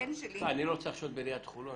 אני לא רוצה לחשוד בעיריית חולון